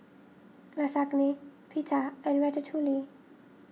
Lasagne Pita and Ratatouille